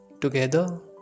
together